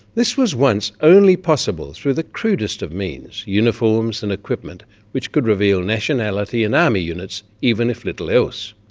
this was once only possible through the crudest of means uniforms and equipment which could reveal nationality and army units, even if little else.